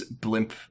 blimp